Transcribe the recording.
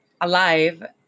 alive